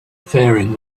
faring